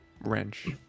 wrench